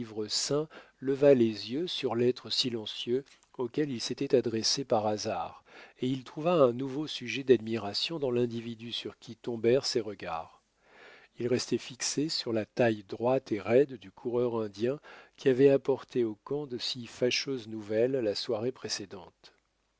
leva les yeux sur l'être silencieux auquel il s'était adressé par hasard et il trouva un nouveau sujet d'admiration dans l'individu sur qui tombèrent ses regards ils restaient fixés sur la taille droite et raide du coureur indien qui avait apporté au camp de si fâcheuses nouvelles la soirée précédente